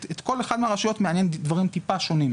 את כל אחד מהרשויות מעניין דברים טיפה שונים,